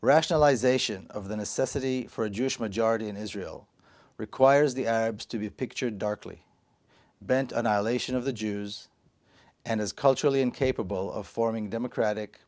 rationalization of the necessity for a jewish majority in israel requires the arabs to be pictured darkly bent on i'll ation of the jews and is culturally incapable of forming democratic